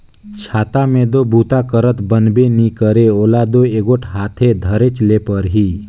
छाता मे दो बूता करत बनबे नी करे ओला दो एगोट हाथे धरेच ले परही